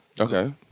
Okay